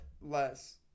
less